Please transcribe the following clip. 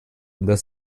this